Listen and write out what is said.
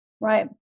Right